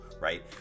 right